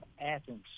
Athens